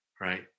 right